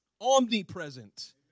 omnipresent